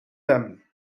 them